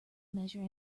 measure